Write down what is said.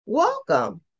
Welcome